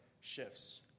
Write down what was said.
shifts